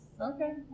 Okay